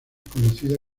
conocida